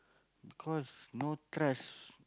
because no trust